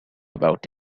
about